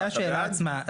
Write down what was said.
לגבי השאלה עצמה,